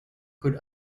could